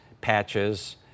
patches